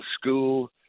school